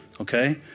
okay